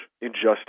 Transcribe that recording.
injustice